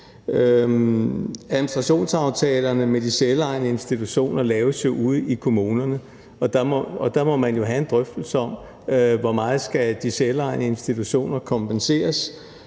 Administrationsaftalerne med de selvejende institutioner laves jo ude i kommunerne, og der må man have en drøftelse om, hvor meget de selvejende institutioner skal kompenseres,